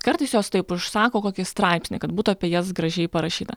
kartais jos taip užsako kokį straipsnį kad būtų apie jas gražiai parašyta